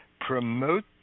promote